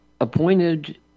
appointed